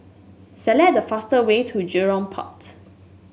select the fastest way to Jurong Port